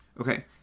Okay